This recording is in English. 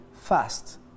fast